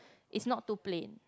it's not too plain